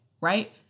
Right